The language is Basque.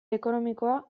ekonomikoa